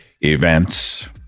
events